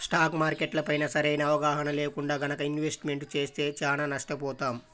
stock మార్కెట్లపైన సరైన అవగాహన లేకుండా గనక ఇన్వెస్ట్మెంట్ చేస్తే చానా నష్టపోతాం